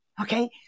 Okay